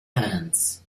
hands